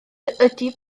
ydi